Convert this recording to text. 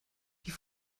die